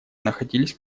находились